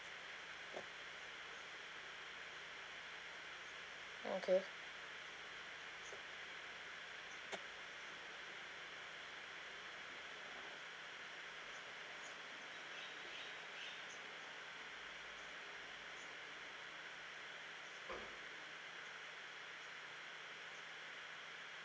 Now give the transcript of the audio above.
okay